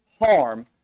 harm